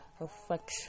affection